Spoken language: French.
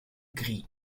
gris